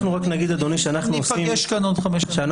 טוב, ניפגש כאן עוד חמש שנים.